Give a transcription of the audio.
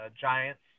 Giants